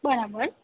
બરાબર